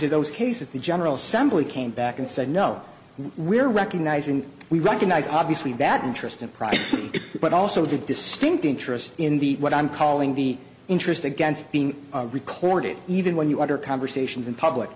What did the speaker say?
to those cases the general assembly came back and said no we're recognizing we recognize obviously that interest in private but also the distinct interest in the what i'm calling the interest against being recorded even when you're under conversations in public